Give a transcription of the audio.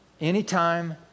anytime